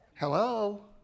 Hello